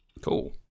Cool